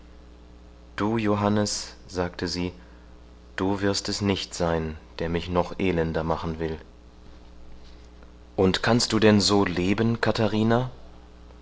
du johannes sagte sie du wirst es nicht sein der mich noch elender machen will und kannst denn du so leben katharina